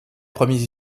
premiers